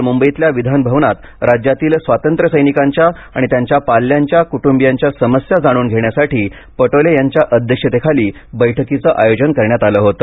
काल मुंबईतल्या विधानभवनात राज्यातील स्वातंत्र्य सैनिकांच्या आणि त्यांच्या पाल्यांच्या कुटुंबियांच्या समस्या जाणून घेण्यासाठी पटोले यांच्या अध्यक्षतेखाली बैठकीचं आयोजन करण्यात आलं होतं